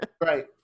Right